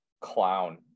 clown